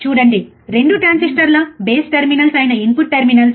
చూడండి 2 ట్రాన్సిస్టర్ల base terminals అయిన ఇన్పుట్ టెర్మినల్స్